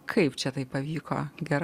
kaip čia taip pavyko gerai